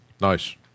Nice